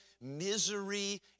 misery